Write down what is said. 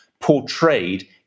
portrayed